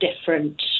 different